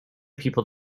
people